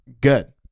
Good